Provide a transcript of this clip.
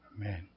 Amen